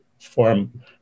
form